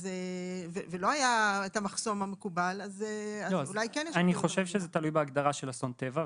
אז אולי כן יש כאן --- אני חושב שזה תלוי בהגדרה של אסון טבע,